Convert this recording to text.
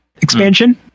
expansion